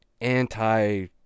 anti